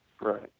Right